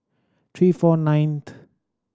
three four ninth